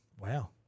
Wow